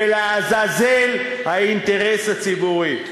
ולעזאזל האינטרס הציבורי.